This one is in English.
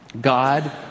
God